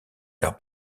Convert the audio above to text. vers